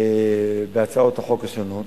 בהצעות החוק השונות.